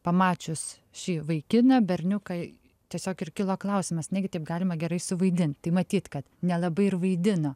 pamačius šį vaikiną berniuką tiesiog ir kilo klausimas negi taip galima gerai suvaidint tai matyt kad nelabai ir vaidino